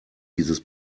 dieses